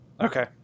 Okay